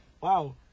wow